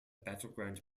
battleground